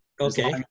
okay